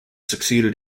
succeeded